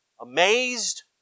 amazed